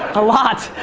a lot.